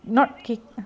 not kick